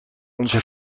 onze